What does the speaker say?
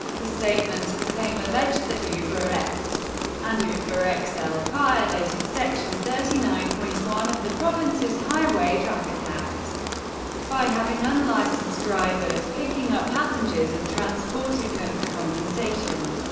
the statement of claim alleged that uberx and uberxl ah violated section thirty nine point one of the province's highway traffic act by having unlicensed drivers picking up passengers and transporting them for compensation.